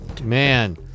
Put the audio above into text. man